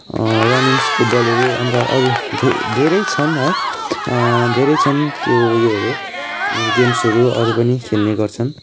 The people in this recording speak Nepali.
रनिङ्स फुटबलहरू अन्त अरू धेरै छन् है धेरै छन् त्यो उयोहरू गेम्सहरू अरू पनि खेल्ने गर्छन्